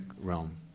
realm